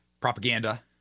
propaganda